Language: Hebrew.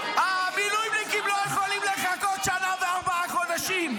המילואימניקים לא יכולים לחכות שנה וארבעה חודשים.